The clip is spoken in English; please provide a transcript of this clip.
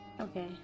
Okay